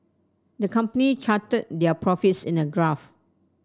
the company charted their profits in a graph